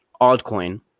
altcoin